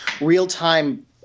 real-time